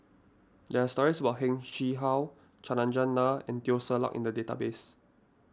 there are stories about Heng Chee How Chandran Nair and Teo Ser Luck in the database